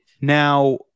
Now